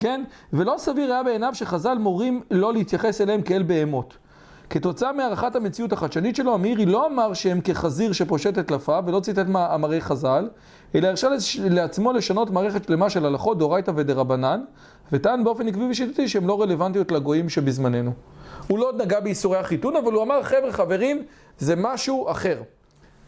כן? ולא סביר היה בעיניו שחז"ל מורים לא להתייחס אליהם כאל בהמות. כתוצאה מהערכת המציאות החדשנית שלו, אמירי לא אמר שהם כחזיר שפושטת לפה ולא ציטט מאמרי חז"ל, אלא הרשה לעצמו לשנות מערכת שלמה של הלכות, דאורייתה ודרבנן, וטען באופן עקבי ושיטתי שהם לא רלוונטיות לגויים שבזמננו. הוא לא עוד נגע ביסורי החיתון, אבל הוא אמר חבר'ה חברים, זה משהו אחר.